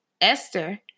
Esther